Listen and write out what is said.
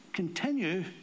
Continue